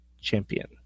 champion